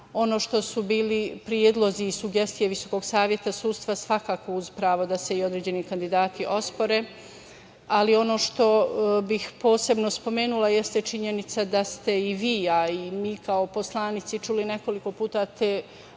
ono što su bili predlozi i sugestije VSS, svakako uz pravo da se i određeni kandidati ospore. Ono što bih posebno spomenula jeste činjenica da ste i vi, ali i mi kao poslanici čuli nekoliko puta te